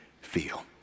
feel